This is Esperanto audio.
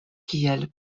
kiel